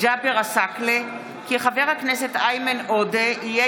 ג'אבר עסאקלה כי חבר הכנסת איימן עודה יהיה